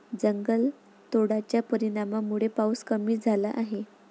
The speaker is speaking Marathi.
जंगलतोडाच्या परिणामामुळे पाऊस कमी झाला आहे